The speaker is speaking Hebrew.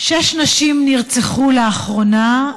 שש נשים נרצחו לאחרונה.